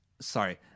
sorry